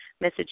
message